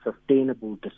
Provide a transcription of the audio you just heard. sustainable